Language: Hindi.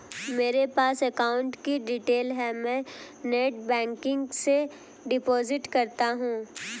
मेरे पास अकाउंट की डिटेल है मैं नेटबैंकिंग से डिपॉजिट करता हूं